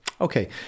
Okay